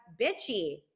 bitchy